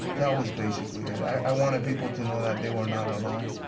that was basically it. i wanted people to know that they were not alone.